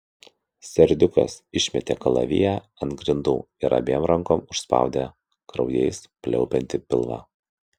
serdiukas išmetė kalaviją ant grindų ir abiem rankom užspaudė kraujais pliaupiantį pilvą